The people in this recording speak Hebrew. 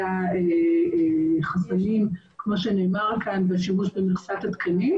לגבי מכסת התקנים.